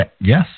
Yes